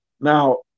Now